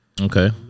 Okay